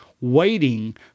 waiting